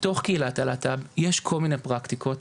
בתוך קהילת הלהט"ב יש כל מיני פרקטיקות,